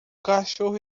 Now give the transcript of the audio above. cachorro